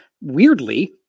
weirdly